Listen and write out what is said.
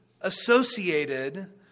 associated